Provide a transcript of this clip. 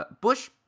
Bush